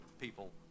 people